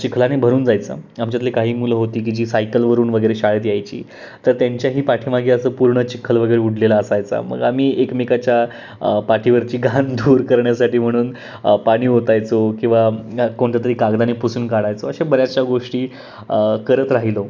चिखलाने भरून जायचा आमच्यातली काही मुलं होती की जी सायकलवरून वगैरे शाळेत यायची तर त्यांच्याही पाठीमागे असं पूर्ण चिखल वगैरे उडलेला असायचा मग आम्ही एकमेकाच्या पाठीवरची घाण दूर करण्यासाठी म्हणून पाणी ओतायचो किंवा कोणत्यातरी कागदाने पुसून काढायचो अशा बऱ्याचशा गोष्टी करत राहिलो